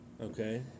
Okay